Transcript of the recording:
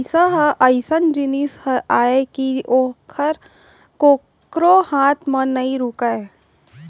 पइसा ह अइसन जिनिस अय कि ओहर कोकरो हाथ म नइ रूकय